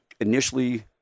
initially